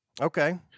Okay